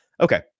Okay